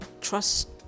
Trust